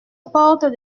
porte